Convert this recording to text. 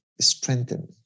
strengthen